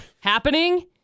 happening